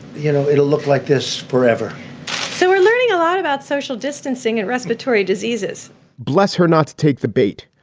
you know, it'll look like this forever so we're learning a lot about social distancing and respiratory diseases bless her not to take the bait.